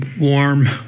warm